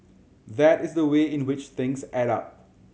that is the way in which things add up